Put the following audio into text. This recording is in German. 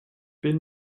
bin